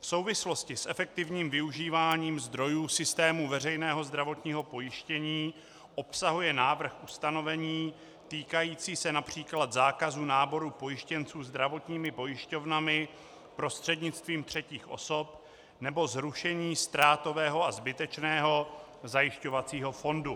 V souvislosti s efektivním využíváním zdrojů systému veřejného zdravotního pojištění obsahuje návrh ustanovení týkající se například zákazu náboru pojištěnců zdravotními pojišťovnami prostřednictvím třetích osob nebo zrušení ztrátového a zbytečného Zajišťovacího fondu.